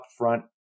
upfront